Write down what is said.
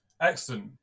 Excellent